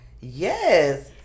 yes